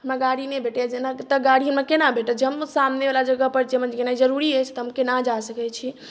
हमरा गाड़ी नहि भेटैए जेना एतय गाड़ी हमरा केना भेटत जँऽ हम सामनेवला जगहपर जेनाइ जरूरी अछि तऽ हम केना जा सकैत छी